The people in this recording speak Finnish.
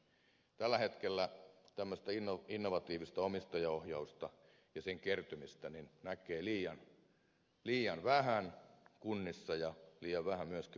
tällä hetkellä tämmöistä innovatiivista omistajaohjausta ja sen kertymistä näkee liian vähän kunnissa ja liian vähän myöskin valtionhallinnossa